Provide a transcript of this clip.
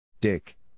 Dick